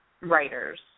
writers